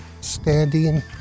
standing